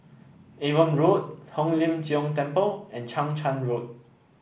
Avon Road Hong Lim Jiong Temple and Chang Charn Road